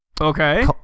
Okay